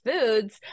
foods